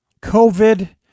COVID